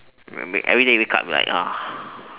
maybe everyday wake up be like